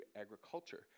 agriculture